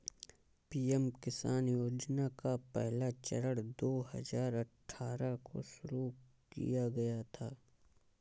PM Kisan योजना का पहला चरण दो हज़ार अठ्ठारह को शुरू किया गया था